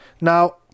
now